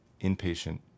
inpatient